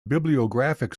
bibliographic